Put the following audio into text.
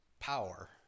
Power